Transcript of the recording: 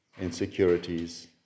insecurities